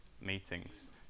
meetings